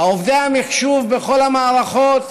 עובדי המחשוב בכל המערכות